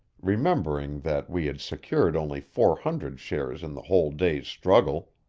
remembering that we had secured only four hundred shares in the whole day's struggle.